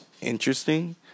interesting